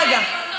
לא, רגע.